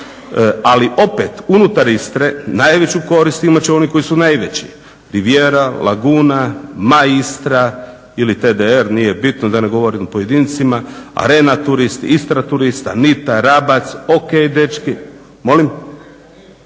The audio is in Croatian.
Ali opet unutar Istre najveću korist imat će oni koji su najveći, Rivijera, Laguna, Maistra ili TDR nije bitno da ne govorim o pojedincima, Arenaturist, Istraturist, Anita, Rabac, ok dečki …